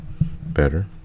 Better